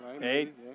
eight